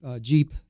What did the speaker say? Jeep